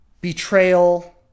betrayal